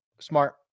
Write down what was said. Smart